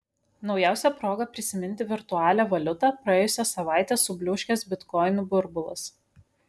naujausia proga prisiminti virtualią valiutą praėjusią savaitę subliūškęs bitkoinų burbulas